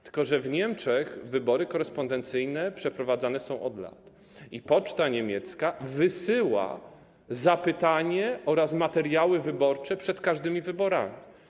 Tylko że w Niemczech wybory korespondencyjne przeprowadzane są od lat i poczta niemiecka wysyła zapytanie oraz materiały wyborcze przed każdymi wyborami.